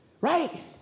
Right